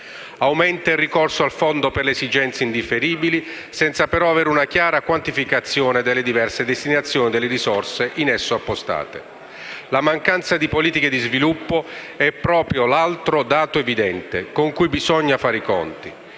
Aumenta il ricorso al Fondo per le esigenze indifferibili, senza però avere una chiara quantificazione delle diverse destinazioni delle risorse in esso appostate. La mancanza di politiche di sviluppo è proprio l'altro dato evidente con cui bisogna fare i conti.